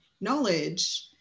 knowledge